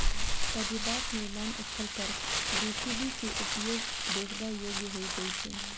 पजेबाक निर्माण स्थल पर जे.सी.बी के उपयोग देखबा योग्य होइत छै